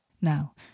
Now